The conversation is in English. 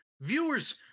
viewers